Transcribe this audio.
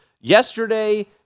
yesterday